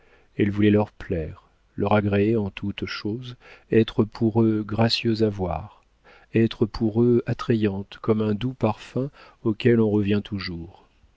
elle voulait leur plaire leur agréer en toute chose être pour eux gracieuse à voir être pour eux attrayante comme un doux parfum auquel on revient toujours